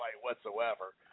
whatsoever